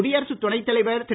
தடியரசு துணை தலைவர் திரு